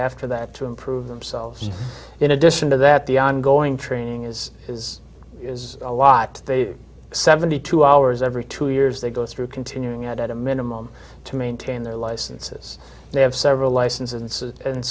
after that to improve themselves in addition to that the ongoing training is is is a lot a seventy two hours every two years they go through continuing at a minimum to maintain their licenses they have several licenses and